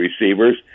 receivers